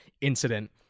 incident